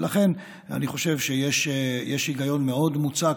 ולכן אני חושב שיש היגיון מאוד מוצק,